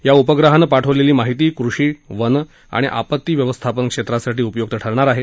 या उपग्रहानं पाठवलेली माहिती कृषी वन आणि आपत्तीव्यवस्थापन क्षेत्रासाठी उपयुक्त ठरणार आहे